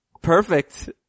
Perfect